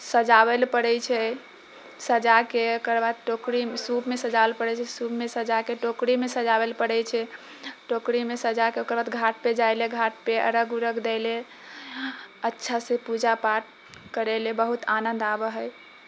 सजाबै लअ पड़ै छै सजाके ओकरबाद टोकरी सूपमे सजा लऽ पड़ै छै सूपमे सजाके टोकरीमे सजाबै लअ पड़ै छै टोकरीमे सजाकऽ ओकरबाद घाट पर जाइ लअ घाट पर अरघ उरघ दै लए अच्छासँ पूजा पाठ करै लअ बहुत आनन्द आवा है